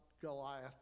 goliath